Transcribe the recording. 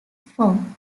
from